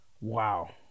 Wow